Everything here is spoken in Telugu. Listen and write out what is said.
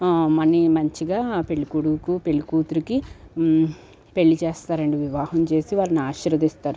మనీ మంచిగా పెళ్ళికొడుకు పెళ్లికూతురుకి పెళ్ళిచేస్తారండి వివాహం చేసి వాళ్ళనాశీర్వదిస్తారు